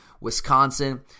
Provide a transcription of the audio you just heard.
Wisconsin